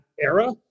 era